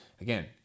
again